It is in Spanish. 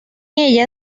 ella